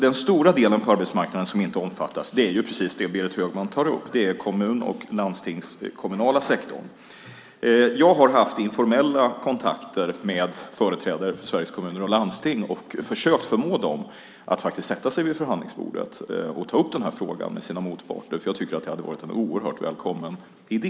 Den stora del av arbetsmarknaden som inte omfattas är, precis som Berit Högman tar upp, den kommunala och landstingskommunala sektorn. Jag har haft informella kontakter med företrädare för Sveriges Kommuner och Landsting och försökt förmå dem att faktiskt sätta sig vid förhandlingsbordet och ta upp den här frågan med sina motparter. Jag tycker att det hade varit en oerhört välkommen idé.